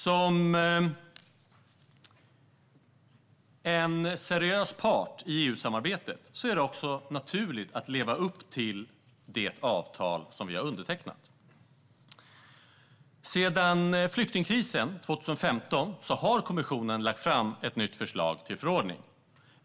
Som en seriös part i EU-samarbetet är det också naturligt att leva upp till de avtal som vi har undertecknat. Sedan flyktingkrisen 2015 har kommissionen lagt fram ett nytt förslag till förordning.